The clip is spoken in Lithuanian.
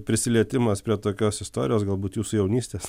prisilietimas prie tokios istorijos galbūt jūsų jaunystės